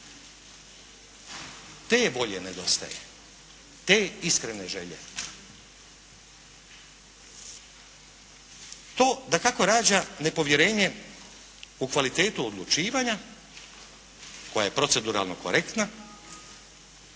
Te volje nedostaje, te iskrene želje. To dakako rađa nepovjerenje u kvalitetu odlučivanja koja je proceduralno korektna,